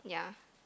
yeah